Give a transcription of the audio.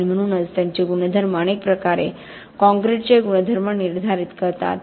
आणि म्हणूनच त्यांचे गुणधर्म अनेक प्रकारे कॉंक्रिटचे गुणधर्म निर्धारित करतात